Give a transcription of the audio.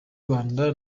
rwanda